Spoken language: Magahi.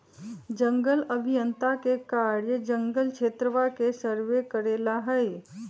जंगल अभियंता के कार्य जंगल क्षेत्रवा के सर्वे करे ला हई